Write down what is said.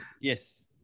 yes